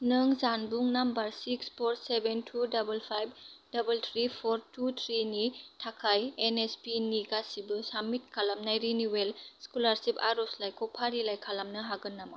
नों जानबुं number six four seven two दाबोल फाइभ दाबोल थ्रि फर टु थ्रिनि थाखाय एन एस पि नि गासैबो साबमिट खालामनाय रिनिउवेल स्क'लारसिप आरजलाइखौ फारिलाइ खालामनो हागोन नामा